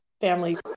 Family